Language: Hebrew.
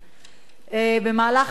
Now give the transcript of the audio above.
במהלך התקופה הזאת,